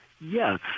Yes